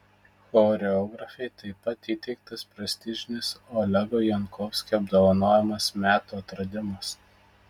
choreografei taip pat įteiktas prestižinis olego jankovskio apdovanojimas metų atradimas